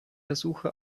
versuche